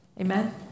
Amen